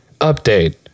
Update